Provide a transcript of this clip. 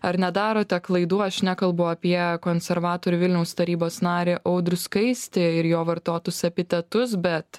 ar nedarote klaidų aš nekalbu apie konservatorių vilniaus tarybos narį audrių skaistį ir jo vartotus epitetus bet